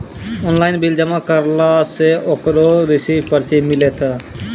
Online bill जमा करला से ओकरौ रिसीव पर्ची मिलतै?